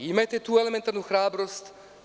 Imajte tu elementarnu hrabrost.